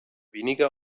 weniger